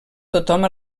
tothom